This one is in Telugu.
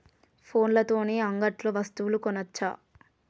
ఫోన్ల తోని అంగట్లో వస్తువులు కొనచ్చా?